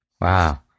Wow